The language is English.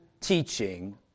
teaching